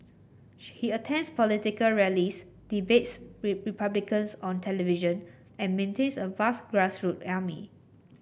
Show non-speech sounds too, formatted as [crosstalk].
she attends political rallies debates [unintelligible] Republicans on television and maintains a vast grassroots army